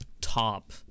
top